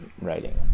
writing